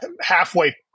halfway